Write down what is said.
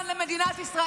חבר הכנסת נאור שירי.